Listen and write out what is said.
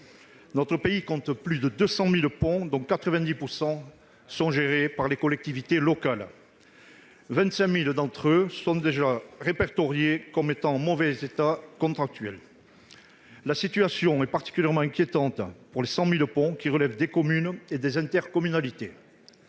Notre pays compte plus de 200 000 ponts ; 90 % d'entre eux sont gérés par les collectivités locales. Parmi eux, 25 000 sont d'ores et déjà répertoriés comme étant en mauvais état structurel. La situation est particulièrement inquiétante pour les 100 000 ponts qui relèvent des communes ou des intercommunalités.